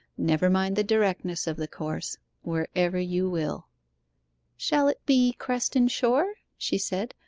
never mind the directness of the course wherever you will shall it be creston shore she said,